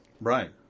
right